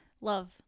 love